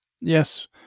Yes